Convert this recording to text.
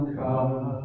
come